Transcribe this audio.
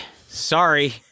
Sorry